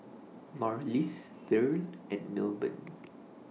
Marlys Verl and Melbourne